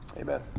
Amen